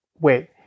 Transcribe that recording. wait